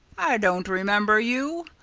i don't remember you.